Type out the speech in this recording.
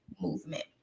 Movement